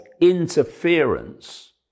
interference